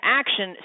action